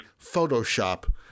Photoshop